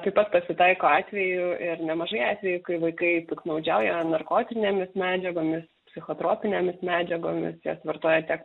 taip pat pasitaiko atvejų ir nemažai atvejų kai vaikai piktnaudžiauja narkotinėmis medžiagomis psichotropinėmis medžiagomis jas vartoja tiek